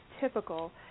typical